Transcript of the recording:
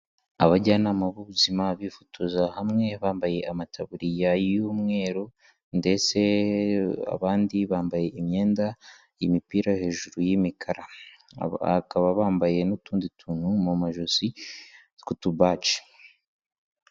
Abajyanama b'ubuzima bifotoza hamwe, bambaye amataburiya y'umweru ndetse abandi bambaye imyenda, imipira hejuru y'imikara, bakaba bambaye n'utundi tuntu mu majosi tw'utubaji.